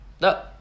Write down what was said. No